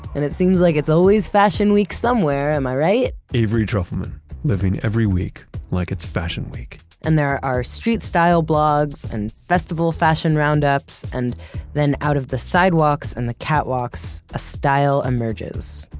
and it seems like it's always fashion week somewhere, am i right? avery trufelman living every week like it's fashion week. and there are street-style blogs, and festival fashion round ups, and then out of the sidewalks, and the catwalks, a style emerges.